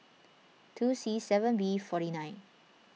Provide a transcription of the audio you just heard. two C seven B forty nine